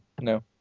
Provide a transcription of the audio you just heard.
no